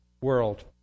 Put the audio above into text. world